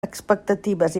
expectatives